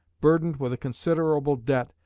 burdened with a considerable debt,